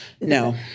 No